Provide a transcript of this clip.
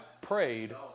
prayed